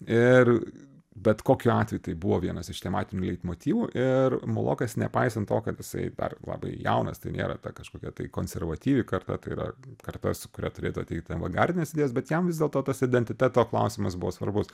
ir bet kokiu atveju tai buvo vienas iš tematinių leitmotyvų ir mulokas nepaisant to kad jisai dar labai jaunas tai nėra ta kažkokia tai konservatyvi karta tai yra karta su kuria turėtų ateit avangardinės idėjos bet jam vis dėlto tas identiteto klausimas buvo svarbus